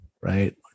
right